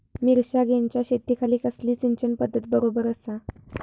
मिर्षागेंच्या शेतीखाती कसली सिंचन पध्दत बरोबर आसा?